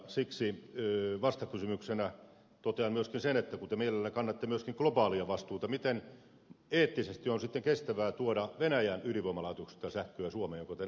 siksi vastakysymyksenä totean myöskin sen että kun te mielellään kannatte myöskin globaalia vastuuta miten eettisesti on sitten kestävää tuoda venäjän ydinvoimalaitoksista sähköä suomeen minkä te näytätte hyväksyvän